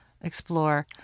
explore